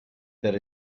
there